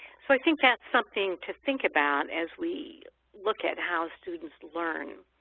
so i think that's something to think about as we look at how students learn.